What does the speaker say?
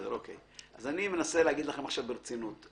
אני מנסה לומר לכם ברצינות.